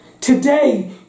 Today